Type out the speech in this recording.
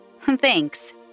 Thanks